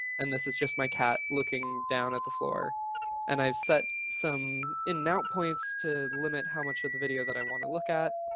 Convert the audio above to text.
and this is just my cat looking down at the floor and i've set some in and out points to limit how much of the video that i want to look at.